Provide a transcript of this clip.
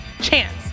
chance